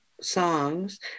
songs